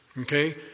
Okay